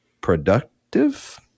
productive